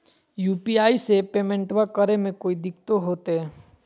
UPI से पेमेंटबा करे मे कोइ दिकतो होते?